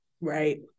Right